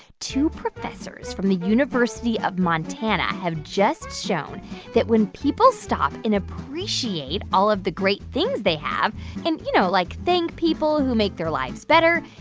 two professors from the university of montana have just shown that when people stop and appreciate all of the great things they have and, you know, like, thank people who make their lives better,